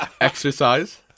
Exercise